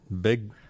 big